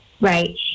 Right